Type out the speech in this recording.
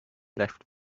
left